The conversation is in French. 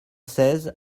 seize